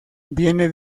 viene